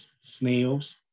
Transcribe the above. snails